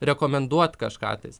rekomenduot kažką tais